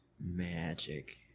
Magic